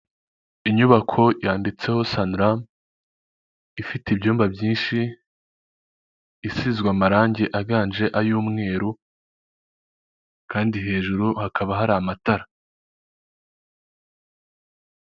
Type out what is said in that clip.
inzu yubatse mu buryo bw amagorofa. izamuye arenga ane ,y'uburuhukiro naho buherereye hagati y'andi mazu uramutse wifuza kuhagera.